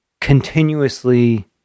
continuously